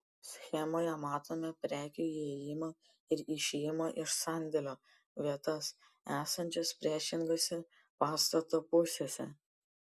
schemoje matome prekių įėjimo ir išėjimo iš sandėlio vietas esančias priešingose pastato pusėse